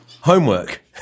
Homework